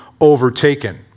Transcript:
overtaken